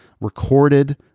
recorded